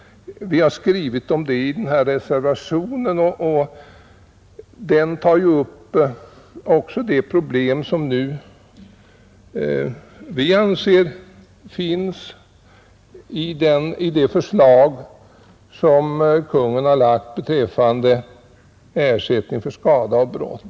Vi har skrivit om detta i reservationen 1 och även tagit upp det problem som vi anser finns när det gäller det förslag Kungl. Maj:t har framlagt beträffande ersättning för skada genom brott.